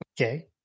Okay